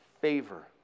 favor